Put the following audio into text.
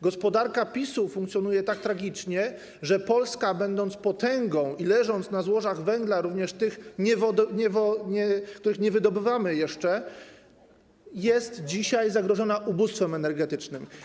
Gospodarka PiS-u funkcjonuje tak tragicznie, że Polska, będąc potęgą i leżąc na złożach węgla, również tych, których jeszcze nie wydobywamy, jest dzisiaj zagrożona ubóstwem energetycznym.